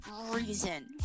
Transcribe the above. reason